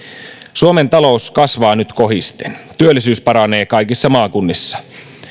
suomen talous kasvaa nyt kohisten työllisyys paranee kaikissa maakunnissa